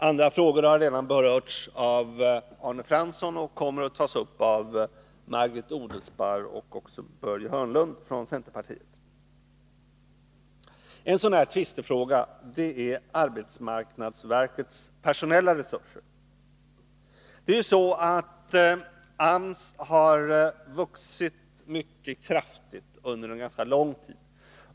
Andra frågor har redan berörts av Arne Fransson och kommer att tas upp av Margit Odelsparr och Börje Hörnlund från centerpartiet. En sådan tvistefråga är arbetsmarknadsverkets personella resurser. AMS har vuxit mycket kraftigt under en ganska lång tid.